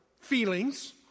feelings